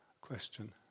question